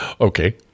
okay